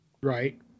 Right